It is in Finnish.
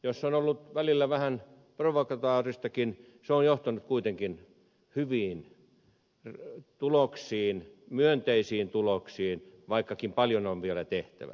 jos se on ollut välillä vähän provokatoristakin se on johtanut kuitenkin hyviin tuloksiin myönteisiin tuloksiin vaikkakin paljon on vielä tehtävä